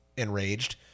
enraged